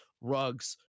Rugs